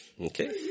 Okay